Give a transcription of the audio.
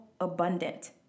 abundant